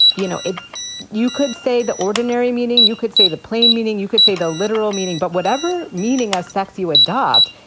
you you know, you could say the ordinary meaning, you could say the plain meaning, you could say the literal meaning, but whatever meaning of sex you adopt,